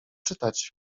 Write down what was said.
czytać